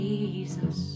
Jesus